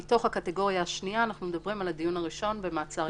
מתוך הקטגוריה השנייה אנחנו מדברים על הדיון הראשון במעצר ימים.